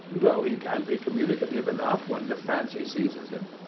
though he can be communicative enough when the fancy seizes him.